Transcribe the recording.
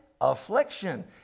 affliction